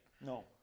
No